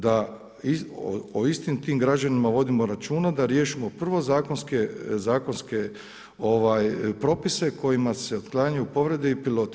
Da o istim tim građanima vodimo računa, da riješimo prvo zakonske propise kojima se otklanjaju povrede i piloti.